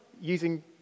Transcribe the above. using